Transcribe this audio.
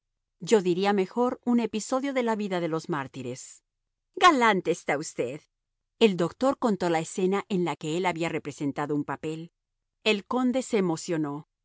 yo diría mejor un episodio de la vida de los mártires galante está usted el doctor contó la escena en la que él había representado un papel el conde se emocionó